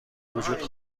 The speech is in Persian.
وجود